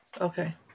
Okay